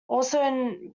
also